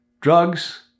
Drugs